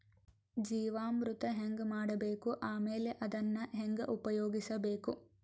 ಜೀವಾಮೃತ ಹೆಂಗ ಮಾಡಬೇಕು ಆಮೇಲೆ ಅದನ್ನ ಹೆಂಗ ಉಪಯೋಗಿಸಬೇಕು?